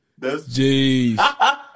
Jeez